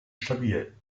stabil